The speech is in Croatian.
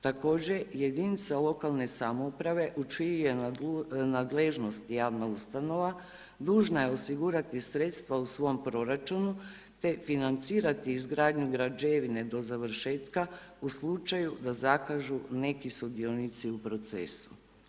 Također jedinica lokalne samouprave u čijoj je nadležnosti javna ustanova dužna je osigurati sredstva u svom proračunu te financirati izgradnju građevine do završetka u slučaju da zakažu neki sudionici u procesu.